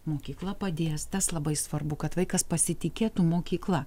mokykla padės tas labai svarbu kad vaikas pasitikėtų mokykla